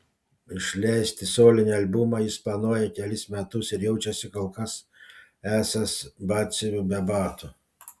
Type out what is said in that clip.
išleisti solinį albumą jis planuoja kelis metus ir jaučiasi kol kas esąs batsiuviu be batų